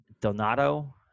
Donato